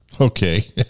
okay